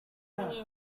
honey